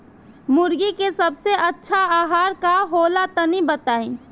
मुर्गी के सबसे अच्छा आहार का होला तनी बताई?